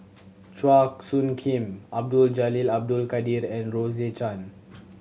Chua Soo Khim Abdul Jalil Abdul Kadir and Rose Chan